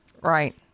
right